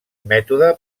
mètode